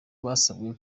basabwe